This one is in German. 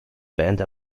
band